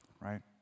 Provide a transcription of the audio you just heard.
right